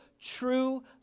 true